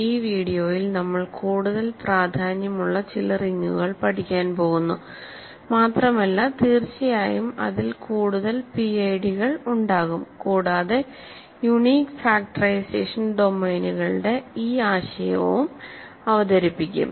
ഈ വീഡിയോയിൽ നമ്മൾ കൂടുതൽ പ്രാധാന്യമുള്ള ചില റിങ്ങുകൾ പഠിക്കാൻ പോകുന്നു മാത്രമല്ല തീർച്ചയായും അതിൽ കൂടുതൽ പിഐഡികൾ ഉണ്ടാകും കൂടാതെ യുണീക് ഫാക്ടറൈസേഷൻ ഡൊമെയ്നുകളുടെ ഈ ആശയവും അവതരിപ്പിക്കും